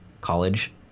college